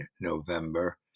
November